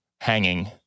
hanging